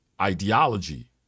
ideology